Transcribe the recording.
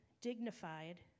dignified